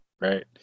right